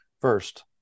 first